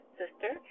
sister